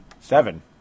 seven